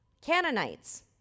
Canaanites